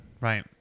right